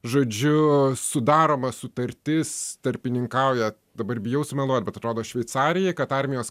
žodžiu sudaroma sutartis tarpininkauja dabar bijau sumeluot bet rodo šveicarijai kad armijos